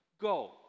Go